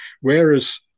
whereas